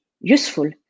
useful